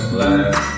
last